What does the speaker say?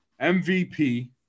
MVP